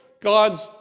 God's